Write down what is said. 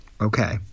Okay